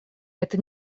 это